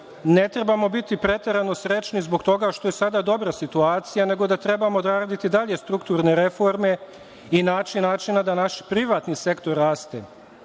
ne trebamo biti preterano srećni zbog toga što je sada dobra situacija, nego da trebamo radite dalje strukturne reforme i naći načina da naš privatni sektor raste.